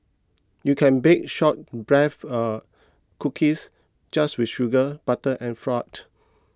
you can bake short breath uh cookies just with sugar butter and